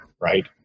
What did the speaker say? Right